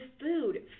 food